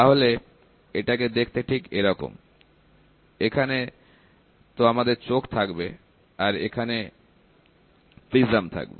তাহলে এটাকে দেখতে ঠিক এরকম এখানে তো আমাদের চোখ থাকবে আর এখানে প্রিজম থাকবে